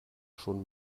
schon